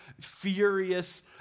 furious